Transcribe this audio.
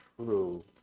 true